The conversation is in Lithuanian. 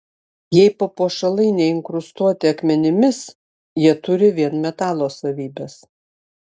jei papuošalai neinkrustuoti akmenimis jie turi vien metalo savybes